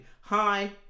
Hi